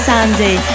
Sunday